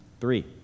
three